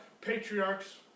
patriarchs